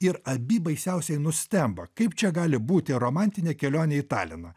ir abi baisiausiai nustemba kaip čia gali būti romantinė kelionė į taliną